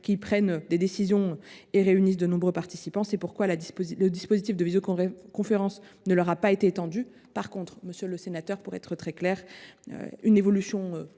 qui prennent des décisions et réunissent de nombreux participants. C’est pourquoi le dispositif de visioconférence ne leur a pas été étendu. Néanmoins, monsieur le sénateur, le Gouvernement ne